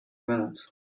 minutes